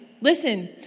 listen